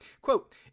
quote